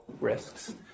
risks